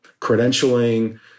credentialing